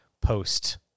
post